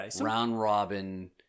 round-robin